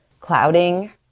clouding